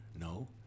no